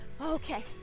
okay